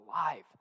alive